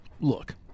Look